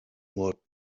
more